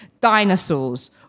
dinosaurs